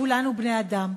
וכולנו בני-אדם,